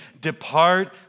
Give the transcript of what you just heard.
depart